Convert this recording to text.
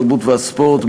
התרבות והספורט,